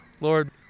Lord